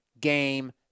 game